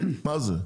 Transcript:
מה זה?